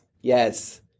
Yes